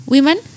Women